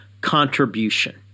contribution